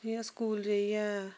फ्ही अस स्कूल जाइयै